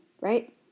right